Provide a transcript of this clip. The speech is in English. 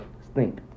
stink